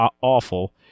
awful